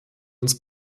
uns